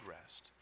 rest